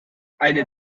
eine